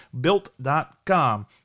built.com